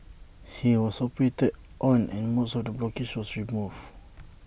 he was operated on and most of the blockages was removed